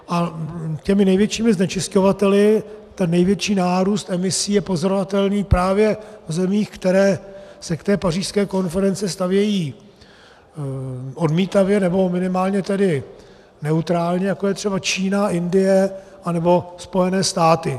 A těmi největšími znečisťovateli, ten největší nárůst emisí je pozorovatelný právě v zemích, které se k té pařížské konferenci stavějí odmítavě, nebo minimálně neutrálně, jako je třeba Čína, Indie anebo Spojené státy.